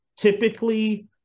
Typically